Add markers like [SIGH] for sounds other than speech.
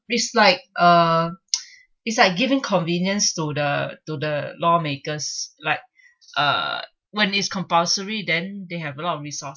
it's like uh [NOISE] it's like given convenience to the to the law makers like uh when is compulsory then they have a lot of resources